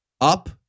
Up